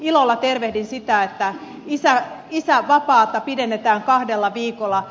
ilolla tervehdin sitä että isävapaata pidennetään kahdella viikolla